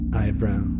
eyebrow